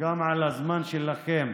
וגם על הזמן שלכם